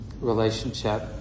relationship